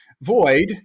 Void